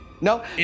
No